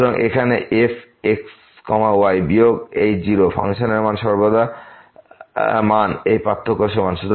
সুতরাং এখানে f x y বিয়োগ এই 0 ফাংশন মান এই পার্থক্য সমান